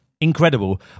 Incredible